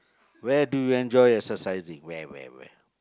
where do you enjoy your exercising where where where